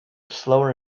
slower